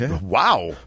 Wow